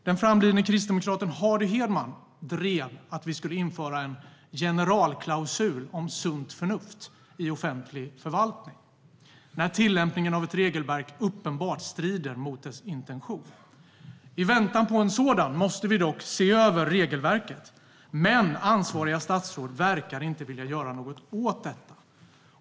Den framlidne kristdemokraten Hardy Hedman drev att vi skulle införa en generalklausul om sunt förnuft i offentlig förvaltning när tillämpningen av ett regelverk uppenbart strider mot dess intention. I väntan på en sådan måste vi dock se över regelverket, men ansvariga statsråd verkar inte vilja göra något åt detta.